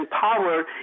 power